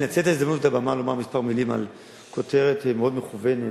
לנצל את ההזדמנות מעל הבמה כדי לומר כמה מלים על כותרת מאוד מכוונת,